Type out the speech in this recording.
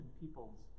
peoples